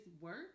work